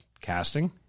casting